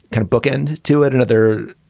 kind of bookend to it. another,